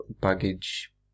baggage